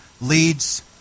leads